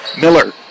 Miller